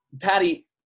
Patty